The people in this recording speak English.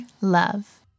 Love